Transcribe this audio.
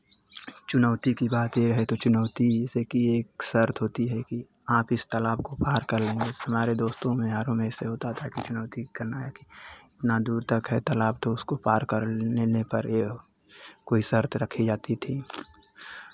चुनौती की बात ये है तो चुनौती जैसे कि एक शर्त होती है कि आप इस तालाब को पार कर लेंगे हमारे दोस्तों में यारों में ऐसे होता था कि चुनौती करना या कितना दूर तक है तालाब तो उसको पार कर लेने पर ये वो कोई शर्त रखी जाती थी